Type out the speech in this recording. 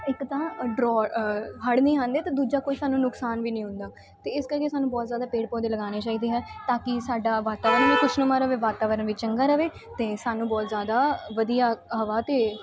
ਇੱਕ ਤਾਂ ਹੜ੍ਹ ਨਹੀਂ ਆਉਂਦੇ ਅਤੇ ਦੂਜਾ ਕੋਈ ਸਾਨੂੰ ਨੁਕਸਾਨ ਵੀ ਨਹੀਂ ਹੁੰਦਾ ਅਤੇ ਇਸ ਕਰਕੇ ਸਾਨੂੰ ਬਹੁਤ ਜ਼ਿਆਦਾ ਪੇੜ ਪੌਦੇ ਲਗਾਉਣੇ ਚਾਹੀਦੇ ਹੈ ਤਾਂ ਕਿ ਸਾਡਾ ਵਾਤਾਵਰਨ ਵੀ ਖੁਸ਼ਨੁਮਾ ਰਵੇ ਵਾਤਾਵਰਨ ਵੀ ਚੰਗਾ ਰਹੇ ਅਤੇ ਸਾਨੂੰ ਬਹੁਤ ਜ਼ਿਆਦਾ ਵਧੀਆ ਹਵਾ ਅਤੇ